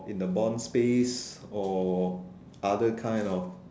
in the bonds space or other kind of